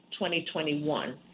2021